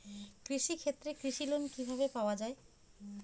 কৃষি ক্ষেত্রে কৃষি লোন কিভাবে পাওয়া য়ায়?